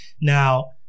Now